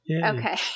Okay